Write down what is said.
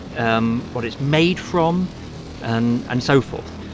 um what it's made from and and so forth.